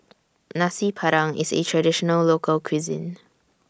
Nasi Padang IS A Traditional Local Cuisine